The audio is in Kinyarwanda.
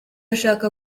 nshaka